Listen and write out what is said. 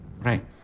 right